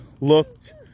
looked